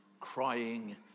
crying